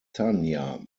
tanya